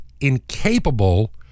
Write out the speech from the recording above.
incapable